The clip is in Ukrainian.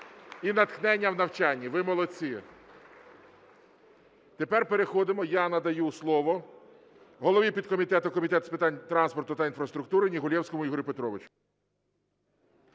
і натхнення в навчанні. Ви молодці! (Оплески) Тепер переходимо, я надаю слово голові підкомітету Комітету з транспорту та інфраструктури Негулевському Ігорю Петровичу.